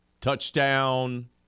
Touchdown